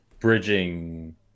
bridging